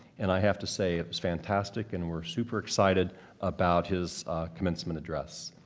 and i have to say it was fantastic and we're super excited about his commencement address.